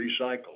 recycle